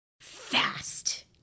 fast